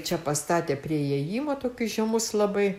čia pastatė prie įėjimo tokius žemus labai